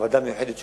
המיוחדת שהוקמה,